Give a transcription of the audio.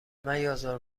میازار